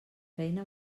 feina